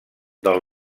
del